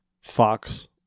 Fox